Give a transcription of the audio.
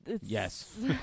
Yes